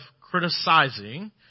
criticizing